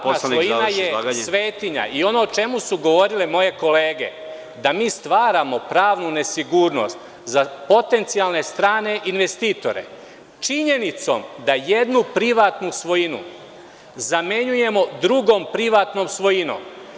Dakle, privatna svojina je svetinja i ono o čemu su govorile moje kolege jeste da mi stvaramo pravnu nesigurnost za potencijalne strane investitore činjenicom da jednu privatnu svojinu zamenjujemo drugom privatnom svojinom.